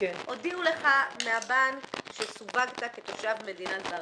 הודיעו לך מהבנק שסווגת כתושב מדינה זרה.